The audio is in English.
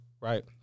right